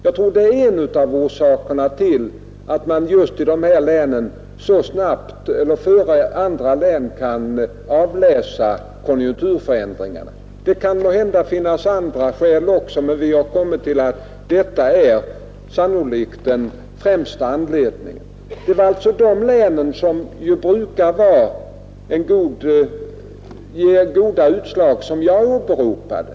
Jag tror att det är en av orsakerna till att man just i dessa län tidigare än i andra kan avläsa konjunkturförändringarna. Det kan måhända finnas också andra skäl, men vi har kommit fram till att detta sannolikt är den främsta anledningen. Det var alltså de län som brukar ge tidiga utslag som jag åberopade.